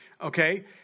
okay